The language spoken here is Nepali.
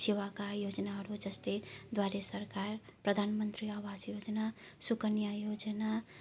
सेवाका योजनाहरू जस्तै द्वारे सरकार प्रधानमन्त्री आवास योजना सुकन्या योजना